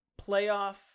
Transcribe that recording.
playoff